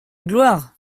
gloire